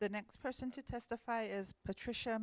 next person to testify is patricia